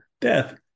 death